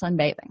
sunbathing